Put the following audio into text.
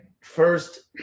first